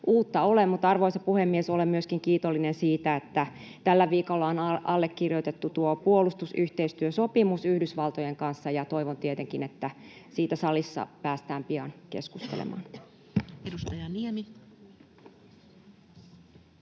Arvoisa puhemies! Olen myöskin kiitollinen siitä, että tällä viikolla on allekirjoitettu puolustusyhteistyösopimus Yhdysvaltojen kanssa, ja toivon tietenkin, että siitä salissa päästään pian keskustelemaan.